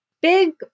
big